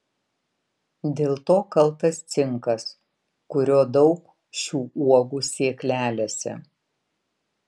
dėl to kaltas cinkas kurio daug šių uogų sėklelėse